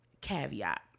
Caveat